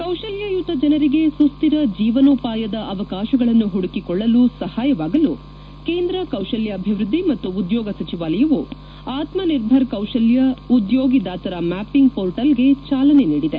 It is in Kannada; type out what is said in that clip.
ಕೌಶಲ್ಯಯುತ ಜನರಿಗೆ ಸುಸ್ಹಿರ ಜೀವನೋಪಾಯದ ಅವಕಾಶಗಳನ್ನು ಹುಡುಕಿಕೊಳ್ಳಲು ಸಹಾಯವಾಗಲು ಕೇಂದ್ರ ಕೌಶಲ್ಕಾಭಿವೃದ್ಧಿ ಮತ್ತು ಉದ್ಯೋಗ ಸಚಿವಾಲಯವು ಆತ್ಮನಿರ್ಧರ್ ಕೌಶಲ್ಯ ಉದ್ಯೋಗಿದಾತರ ಮ್ಯಾಪಿಂಗ್ ಪೋರ್ಟಲ್ಗೆ ಚಾಲನೆ ನೀಡಿದೆ